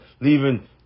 leaving